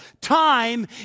time